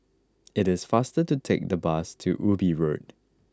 it is faster to take the bus to Ubi Road